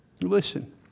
Listen